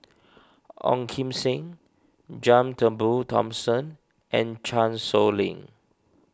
Ong Kim Seng John Turnbull Thomson and Chan Sow Lin